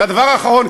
והדבר האחרון,